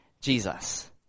Jesus